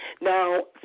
Now